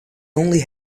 only